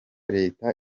leta